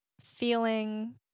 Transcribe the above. feeling